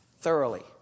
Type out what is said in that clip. thoroughly